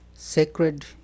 Sacred